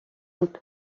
بود